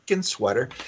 sweater